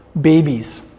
babies